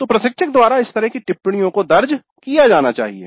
तो प्रशिक्षक द्वारा इस तरह की टिप्पणियों को दर्ज किया जाना चाहिए